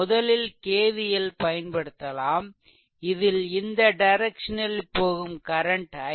முதலில் K V L பயன்படுத்தலாம் இதில் இந்த டைரெக்சனில் போகும் கரன்ட் I